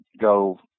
go